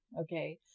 Okay